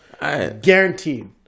Guaranteed